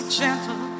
gentle